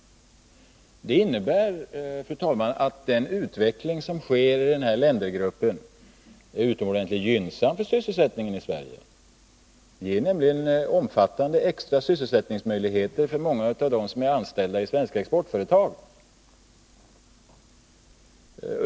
Det innebär att den utveckling som sker i denna ländergrupp är utomordentligt gynnsam för sysselsättningen i Sverige. Den ger nämligen omfattande extra sysselsättningsmöjligheter för många svenska exportföretag.